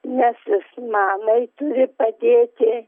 nes jis mamai turi padėti